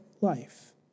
life